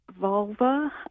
vulva